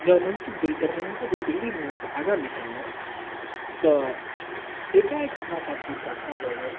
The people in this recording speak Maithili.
जहन हमसभ दरभङ्गाके दिल्ली मोड़सँ आगाँ निकललहुँ तऽ एकाएक हमरा साथ किछु घटना भऽ गेल